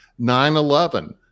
9-11